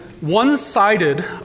one-sided